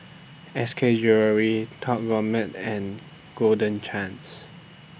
S K Jewellery Top Gourmet and Golden Chance